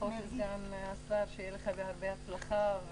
ברכות לסגן השרה, שתהיה לך הרבה הצלחה.